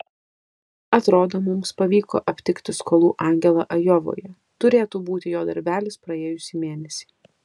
atrodo mums pavyko aptikti skolų angelą ajovoje turėtų būti jo darbelis praėjusį mėnesį